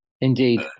Indeed